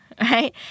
right